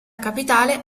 capitale